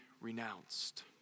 renounced